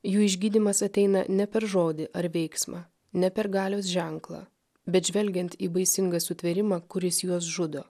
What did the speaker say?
jų išgydymas ateina ne per žodį ar veiksmą ne per galios ženklą bet žvelgiant į baisingą sutvėrimą kuris juos žudo